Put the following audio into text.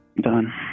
done